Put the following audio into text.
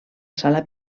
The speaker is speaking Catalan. sala